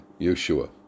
Yeshua